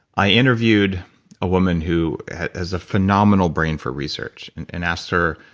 i interviewed a woman who has a phenomenal brain for research and asked her,